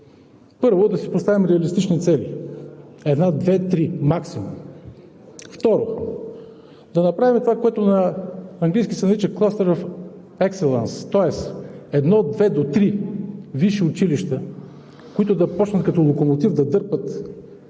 Първо, да си поставим реалистични цели – една, две, три максимум. Второ, да направим това, което на английски се нарича Cluster of Excellence, тоест едно, две до три висши училища, които да започнат като локомотив да дърпат